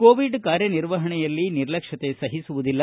Covid ಕಾರ್ಯನಿರ್ವಹಣೆಯಲ್ಲಿ ನಿರ್ಲಕ್ಷ್ಮತೆ ಸಹಿಸುವುದಿಲ್ಲ